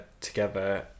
together